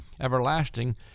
everlasting